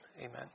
Amen